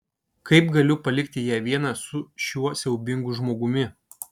kaip galiu palikti ją vieną su šiuo siaubingu žmogumi